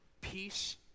peace